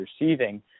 receiving